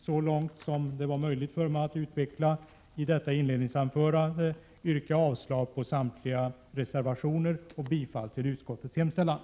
Så långt det varit möjligt för mig att utveckla mitt resonemang vill jag yrka avslag på samtliga reservationer och bifall till utskottets hemställan.